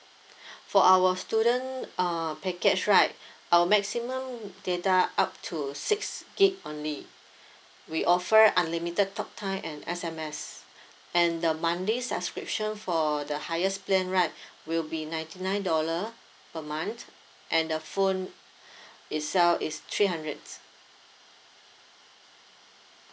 for our student uh package right our maximum data up to six gig only we offer unlimited talk time and S_M_S and the monthly subscription for the highest plan right will be ninety nine dollar per month and the phone itself is three hundred